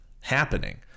happening